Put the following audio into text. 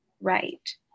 right